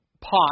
pot